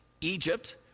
Egypt